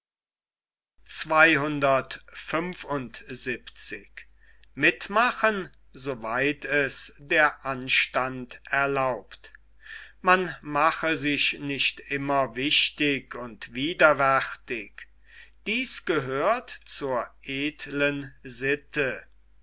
man mache sich nicht immer wichtig und widerwärtig dies gehört zur edlen sitte